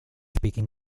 speaking